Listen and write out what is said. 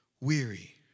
weary